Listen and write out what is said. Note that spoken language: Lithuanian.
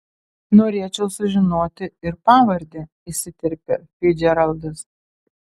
norėčiau sužinoti ir pavardę įsiterpia ficdžeraldas